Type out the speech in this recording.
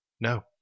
No